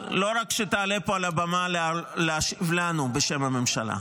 שלא רק תעלה פה על הבמה להשיב לנו בשם הממשלה,